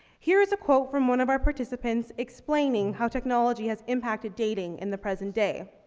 here's a quote from one of our participants explaining how technology has impacted dating in the present day.